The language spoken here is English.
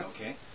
Okay